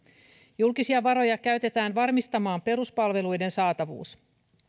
julkisia varoja käytetään varmistamaan peruspalveluiden saatavuus